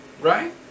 Right